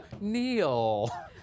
Neil